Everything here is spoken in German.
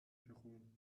peru